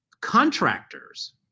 contractors